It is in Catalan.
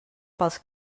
pels